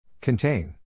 Contain